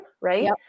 Right